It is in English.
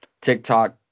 TikTok